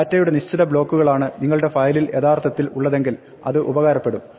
ഡാറ്റയുടെ നിശ്ചിത ബ്ലോക്കുകളാണ് നിങ്ങളുടെ ഫയലിൽ യഥാർത്ഥത്തിൽ ഉള്ളതെങ്കിൽ ഇത് ഉപകാരപ്പെടും